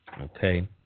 okay